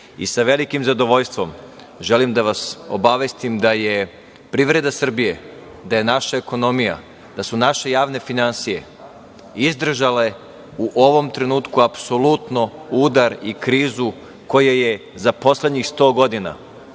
velikim zadovoljstvom želim da vas obavestim da je privreda Srbije, da je naša ekonomija, da su naše javne finansije izdržale u ovom trenutku apsolutno udar i krizu koja je za poslednjih sto godina